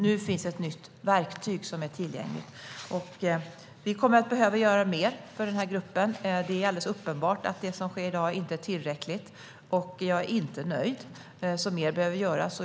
Nu finns dock ett nytt verktyg tillgängligt. Vi kommer att behöva göra mer för denna grupp. Det är alldeles uppenbart att det som sker i dag inte är tillräckligt. Jag är inte nöjd, så mer behöver göras.